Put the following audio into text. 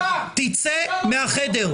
צא מהחדר.